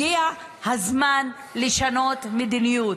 הגיע הזמן לשנות מדיניות.